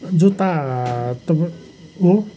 जुत्ता तपाईँ